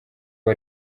uwo